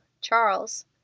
Charles